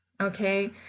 Okay